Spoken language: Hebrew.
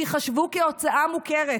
ייחשבו להוצאה מוכרת,